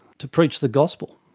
to preach the gospel,